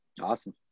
Awesome